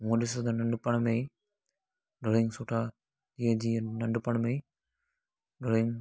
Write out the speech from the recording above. ऊअं ॾिस त ॿारु नंढपण में ई ड्राइंग सुठा जीअं जीअं नंढपण में ड्राइंग